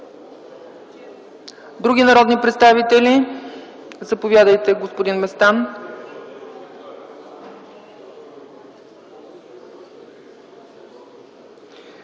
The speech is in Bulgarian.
Други народни представители? Заповядайте, господин Костов.